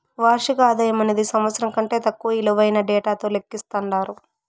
వార్షిక ఆదాయమనేది సంవత్సరం కంటే తక్కువ ఇలువైన డేటాతో లెక్కిస్తండారు